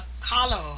color